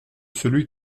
celui